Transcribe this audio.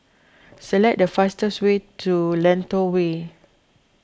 select the fastest way to Lentor Way